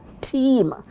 team